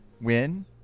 win